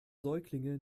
säuglinge